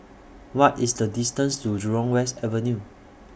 What IS The distance to Jurong West Avenue